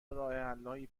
راهحلهای